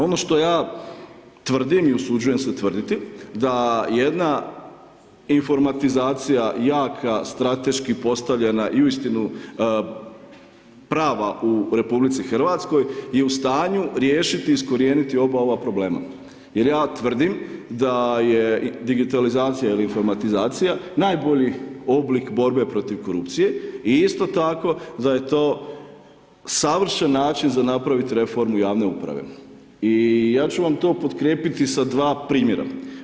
Ono što ja tvrdim i usuđujem se tvrditi, da jedna informatizacija jaka strateški postavljena i uistinu prava u RH je u stanju riješiti iskorijeniti oba ova problema jer ja tvrdim da je i digitalizacija ili informatizacija najbolji oblik borbe protiv korupcije i isto tako da je to savršen način za napravit reformu javne uprave i ja ću vam to potkrijepiti sa dva primjera.